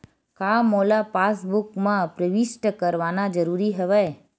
का मोला पासबुक म प्रविष्ट करवाना ज़रूरी हवय?